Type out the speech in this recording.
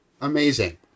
amazing